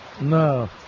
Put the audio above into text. No